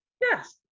Yes